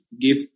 give